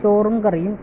ചോറും കറിയും